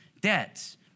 debts